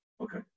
Okay